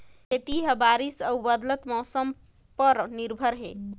खेती ह बारिश अऊ बदलत मौसम पर निर्भर हे